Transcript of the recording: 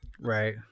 Right